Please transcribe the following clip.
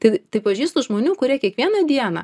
tai tai pažįstu žmonių kurie kiekvieną dieną